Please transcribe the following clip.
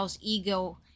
ego